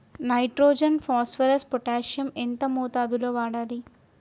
Nitrogen phosphorus potassium ఎంత మోతాదు లో వాడాలి?